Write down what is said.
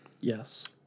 Yes